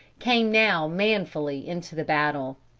came now manfully into the battle.